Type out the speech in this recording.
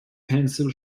pencil